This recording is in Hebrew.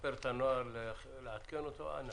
לשפר את הנוהל ולעדכן אותו אנא.